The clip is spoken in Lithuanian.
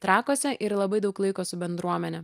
trakuose ir labai daug laiko su bendruomene